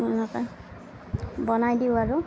এনেকৈ বনাই দিওঁ আৰু